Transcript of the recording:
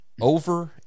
over